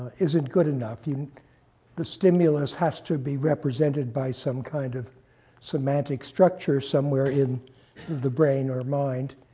isn't good enough. you know the stimulus has to be represented by some kind of semantic structure somewhere in the brain or mind.